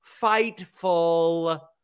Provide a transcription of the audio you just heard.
Fightful